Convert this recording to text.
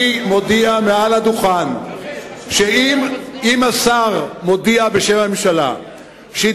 אני מודיע מעל הדוכן שאם השר מודיע בשם הממשלה שהיא